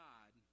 God